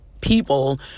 people